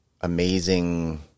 amazing